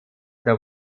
der